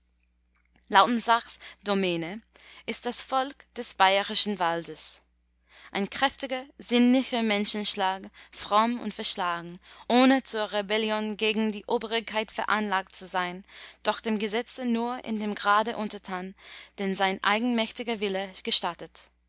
lautensacks domäne ist das volk des bayerischen waldes ein kräftiger sinnlicher menschenschlag fromm und verschlagen ohne zur rebellion gegen die obrigkeit veranlagt zu sein doch dem gesetze nur in dem grade untertan den sein eigenmächtiger wille gestattet